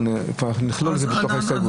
אבל נכלול את זה במסגרת ההסתייגויות.